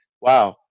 wow